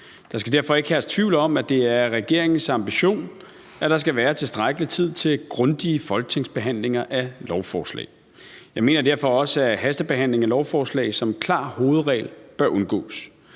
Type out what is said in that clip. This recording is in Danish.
Der skal derfor ikke herske tvivl om, at det er regeringens ambition, at der skal være tilstrækkelig tid til grundige folketingsbehandlinger af lovforslag. Jeg mener derfor også, at hastebehandling af lovforslag som klar hovedregel bør undgås.